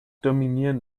dominieren